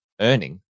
earning